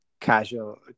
casual